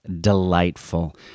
delightful